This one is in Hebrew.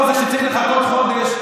הבלוף הזה שצריך לחכות חודש,